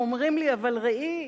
אומרים לי: אבל ראי,